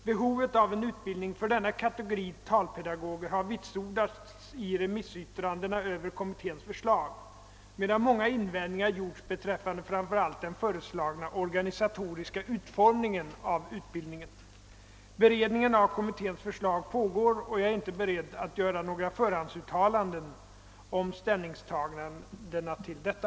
Behovet av en utbildning för denna kategori talpedagoger har vitsordats i remissyttrandena över kommitténs förslag, medan många invändningar gjorts beträffande framför allt den föreslagna organisatoriska utformningen av utbildningen. Beredningen av kommitténs förslag pågår, och jag är inte. beredd att göra några förhandsuttalanden om ställningstagandena till detta.